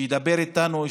שידבר איתנו,